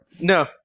No